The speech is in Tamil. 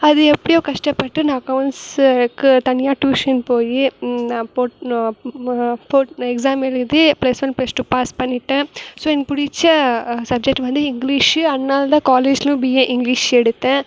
அது எப்படியோ கஷ்டப்பட்டு நான் அக்கௌண்ட்ஸுக்கு தனியாக ட்யூஷன் போய் நான் போட் போட் எக்ஸாம் எழுதி plus one plus two pass பண்ணிவிட்டேன் ஸோ எனக்கு பிடிச்ச சப்ஜெக்ட் வந்து இங்கிலீஷு அதனால தான் காலேஜ்லேயும் பிஏ இங்கிலீஷ் எடுத்தேன்